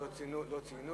אנחנו לא ציונים.